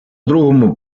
другому